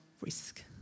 risk